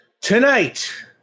Tonight